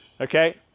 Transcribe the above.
Okay